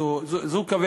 כנראה.